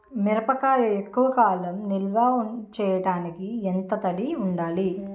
మిరపకాయ ఎక్కువ కాలం నిల్వ చేయటానికి ఎంత తడి ఉండాలి?